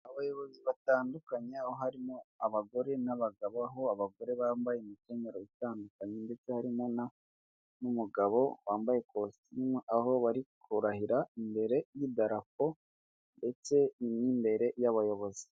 Abayobozi batandukanye aho harimo abagore n'abagabo, aho abagore bambaye imikenyero itandukanye, ndetse harimo n'umugabo wambaye kositimu, aho bari kurahira imbere y'idarapo, ndetse n'imbere y'abayobozi.